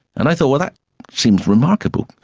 and i thought, well, that seems remarkable.